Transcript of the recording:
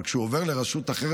אבל כשהוא עובר לרשות אחרת,